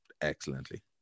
excellently